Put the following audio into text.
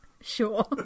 Sure